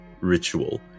ritual